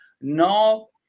no